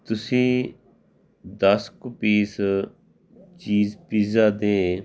ਤੁਸੀਂ ਦਸ ਕੁ ਪੀਸ ਚੀਜ਼ ਪੀਜ਼ਾ ਦੇ